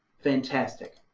fantastic.